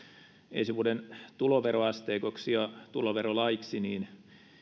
ensi vuoden tuloveroasteikoksi ja tuloverolaiksi niin